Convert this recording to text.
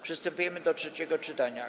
Przystępujemy do trzeciego czytania.